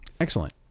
Excellent